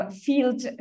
field